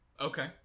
Okay